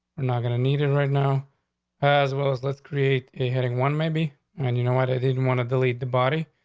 i'm not going to need it and right now as well as let's create a heading one, maybe. and you know what? i didn't want to delete the body,